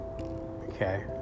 Okay